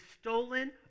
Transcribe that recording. stolen